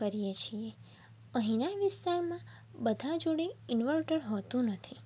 કરીએ છીએ અહીંના વિસ્તારમાં બધા જોડે ઇન્વર્ટર હોતું નથી